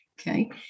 Okay